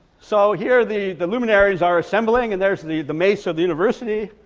so here the the luminaries are assembling and there's the the mace of the university